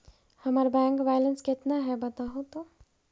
हमर bank balance केतना है बताहु तो?